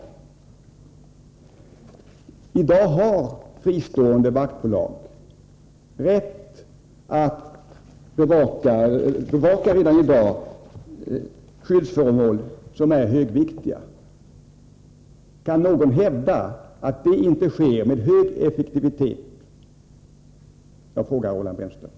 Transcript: Redan i dag har fristående vaktbolag rätt att bevaka skyddsföremål som är högviktiga. Kan någon hävda att det inte sker med stor effektivitet? Jag frågar Roland Brännström.